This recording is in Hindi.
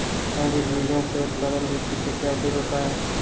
हाइब्रिड बीजों के उत्पादन के पीछे क्या उद्देश्य होता है?